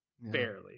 Barely